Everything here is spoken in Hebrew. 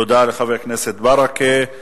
תודה לחבר הכנסת ברכה.